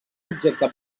objecte